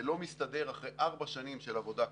זה לא מסתדר אחרי ארבע שנים של עבודה כזאת.